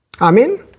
Amen